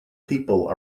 people